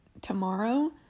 tomorrow